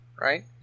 right